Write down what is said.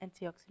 antioxidant